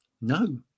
No